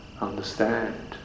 understand